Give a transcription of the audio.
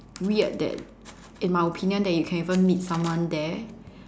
weird that in my opinion that you can even meet someone there